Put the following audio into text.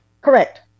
Correct